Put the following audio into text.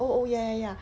oh oh ya ya ya